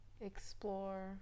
explore